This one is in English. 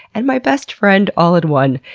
and my best friend all in one.